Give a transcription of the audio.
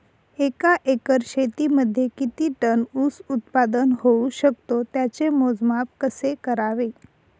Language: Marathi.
एका एकर शेतीमध्ये किती टन ऊस उत्पादन होऊ शकतो? त्याचे मोजमाप कसे करावे?